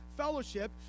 fellowship